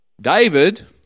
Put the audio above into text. David